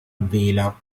vela